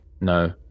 no